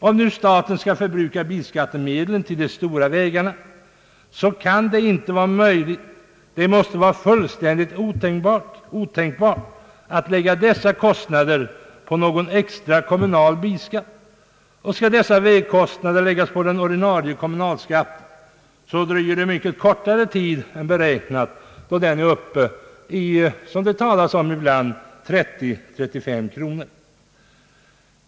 Om nu staten skall förbruka bilskattemedlen till de stora vägarna kan det inte vara möjligt — det måste vara fullständigt otänkbart — att lägga dessa kostnader på en extra kommunal bilskatt. Skall dessa vägkostnader läggas på den ordinarie kommunalskatten dröjer det mycket kortare tid än beräknat tills den är uppe i 30 till 35 kronor, som det talas om ibland.